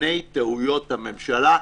בפני טעויות הממשלה.